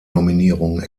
nominierung